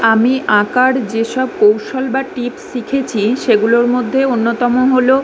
আমি আঁকার যে সব কৌশল বা টিপস শিখেছি সেগুলোর মধ্যে অন্যতম হল